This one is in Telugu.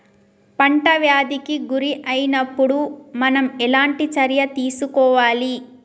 పంట వ్యాధి కి గురి అయినపుడు మనం ఎలాంటి చర్య తీసుకోవాలి?